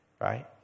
right